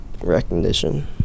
recognition